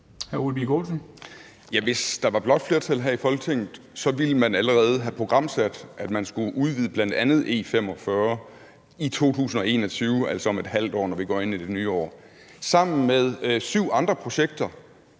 Birk Olesen (LA): Hvis der var blåt flertal her i Folketinget, ville man allerede have programsat, at man skulle udvide bl.a. E45 i 2021, altså om ½ år, når vi går ind i det nye år, sammen med syv andre projekter